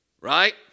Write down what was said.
right